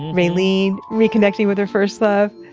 raylene reconnecting with her first love.